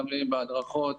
מאמנים והדרכות,